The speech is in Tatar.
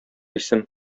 исем